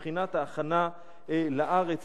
מבחינת ההכנה לארץ.